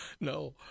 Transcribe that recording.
No